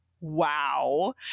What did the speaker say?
wow